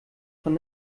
von